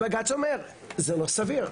ובג"צ אומר זה לא סביר,